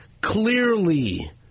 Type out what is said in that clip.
Clearly